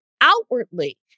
outwardly